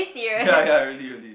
ya ya really really